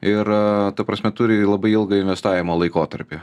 ir ta prasme turi labai ilgą investavimo laikotarpį